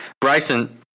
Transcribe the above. Bryson